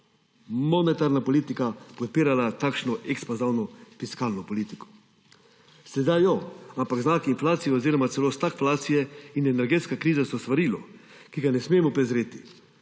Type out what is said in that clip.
monetarna politika podpirala takšno ekspanzivno fiskalno politiko. Sedaj jo, ampak znaki inflacij oziroma stagflacije in energetska kriza so svarilo, ki ga ne smemo prezreti.